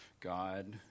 God